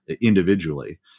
individually